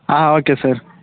ah okay sir